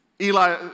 Eli